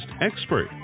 expert